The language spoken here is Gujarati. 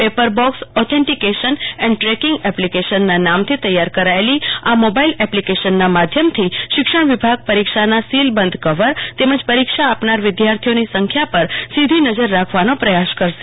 paper box authentics and tracking એપ્લિકેશનના નામથી તૈયાર કરાયેલી આ મોબાઈલ એપ્લિકેશનના માધ્યમથી શિક્ષણ વિભાગ પરીક્ષાના સીલ બંધ કવર તેમજ પરીક્ષા આપનાર વિધાર્થીઓની સંખ્યા પર સીધી નજર રાખવાનો પ્રયાસ કરશે